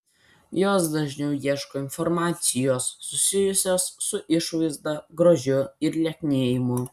jos dažniau ieško informacijos susijusios su išvaizda grožiu ir lieknėjimu